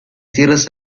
tierras